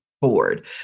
board